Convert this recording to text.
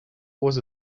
was